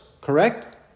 correct